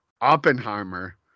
Oppenheimer